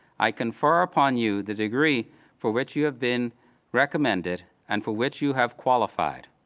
i confer upon you the degree for which you have been recommended and for which you have qualified,